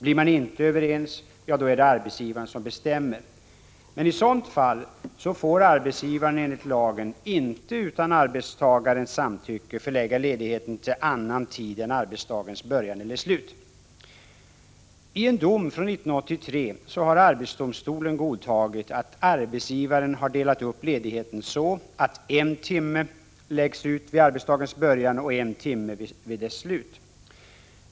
Blir man inte överens är det arbetsgivaren som bestämmer. I sådana fall får arbetsgivaren enligt lagen inte utan arbetstagarens samtycke förlägga ledigheten till annan tid än arbetsdagens början eller slut. I en dom från 1983 har arbetsdomstolen godtagit att arbetsgivaren har delat upp ledigheten så att en timme förläggs vid arbetstidens början och en timme vid dess slut.